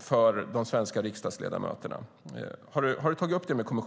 för de svenska riksdagsledamöterna?